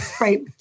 Right